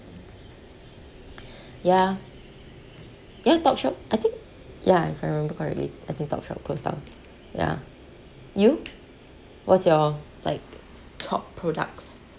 ya ya topshop I think ya if I remember correctly I think topshop closed down ya you what's your like top products